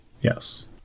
Yes